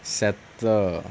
settle